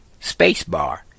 spacebar